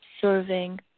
serving